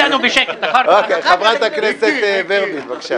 חברת הכנסת ורבין, בבקשה.